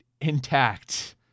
intact